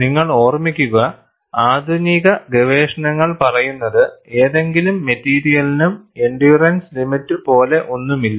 നിങ്ങൾ ഓർമ്മിക്കുക ആധുനിക ഗവേഷണങ്ങൾ പറയുന്നത് ഏതെങ്കിലും മെറ്റീരിയലിനും എൻഡ്യൂറൻസ് ലിമിറ്റ് പോലെ ഒന്നുമില്ല